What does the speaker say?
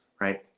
right